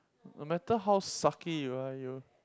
no matter how sucky you are you